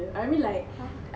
uh